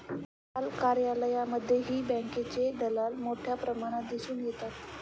टपाल कार्यालयांमध्येही बँकेचे दलाल मोठ्या प्रमाणात दिसून येतात